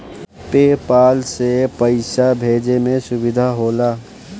पे पाल से पइसा भेजे में सुविधा होला